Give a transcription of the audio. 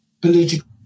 political